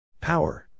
Power